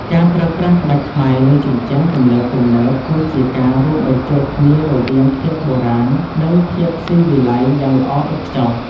ការប្រើប្រាស់ក្បាច់ខ្មែរលើជញ្ជាំងទំនើបៗ គឺជាការរួមបញ្ចូលគ្នារវាងភាពបុរាណ និងភាពស៊ីវិល័យយ៉ាងល្អឥតខ្ចោះ។